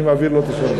אני מעביר לו את השרביט.